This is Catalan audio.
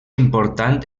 important